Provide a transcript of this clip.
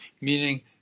meaning